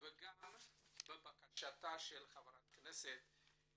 וגם בבקשתה של חברת הכנסת